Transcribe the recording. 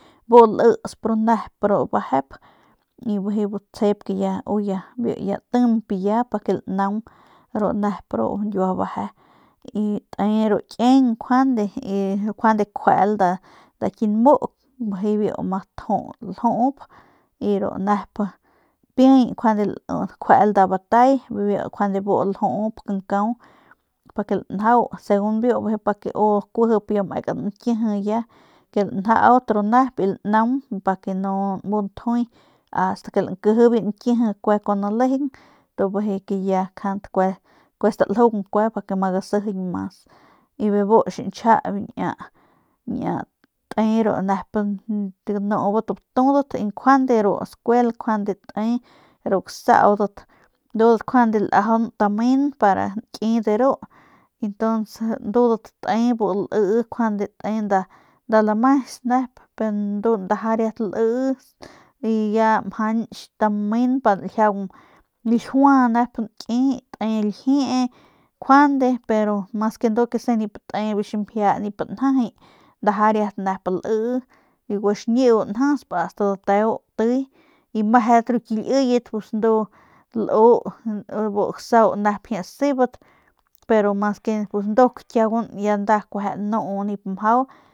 Bu lisp ru nep bejep y bijiy ya tsjep biu u ya tiñp ya para que lanaung ru nep ru nkiua beje y te ru kieng njuande kjueel nda ki nmu bijiy biu ma ljup y ru nep piay njuande kjuel nda batay biu njuande bu ljup kankau pa ke lanjau segun biu pake u kujip mekat nkiji ya lanjaut ru nep y lanaung pa ke nu nmu njuy ast ke lankiji biu nkiji kun nalejeng y ke ya staljung kue ma gasijiñ mas y bijiy bu xinchja ru te ru nep ganubat batudat y njuande ru skuel njuande te ru gasaudat ndu njuande lajaun tamen para nki de ru ntuns ndudat te bu lii njuande te nda lames nep pe ndu ndaja nep lii y ya mjanch tamen pa nljiaung ljiua nep nki te ljiee njuade mas ke ndu nip te biu ximjia nip njajay te riat nep lii biu guaxiñiu njasp ast dateu tiy y mejedat ru ki liyet pus ndu lu bu gasau nep jie sebap pero mas ke nduk kueje kiaugun nda ya nu ya nip mjau.